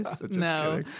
No